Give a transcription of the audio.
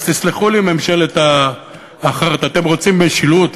אז תסלחו לי, ממשלת החארטה, אתם רוצים משילות?